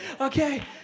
Okay